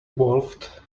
wolfed